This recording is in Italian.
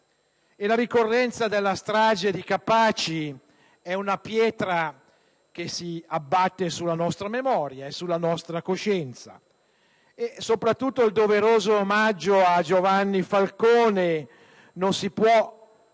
La ricorrenza della strage di Capaci è una pietra che si abbatte sulla nostra memoria e sulla nostra coscienza: il doveroso omaggio a Giovanni Falcone non si può